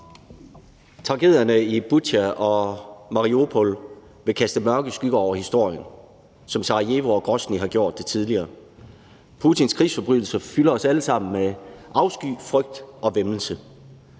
Tragedierne i Butja og Mariupol vil kaste mørke skygger over historien, som Sarajevo og Grosnij har gjort det tidligere. Putins krigsforbrydelser fylder os alle sammen med afsky, frygt og væmmelse.